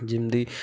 ଯେମିତି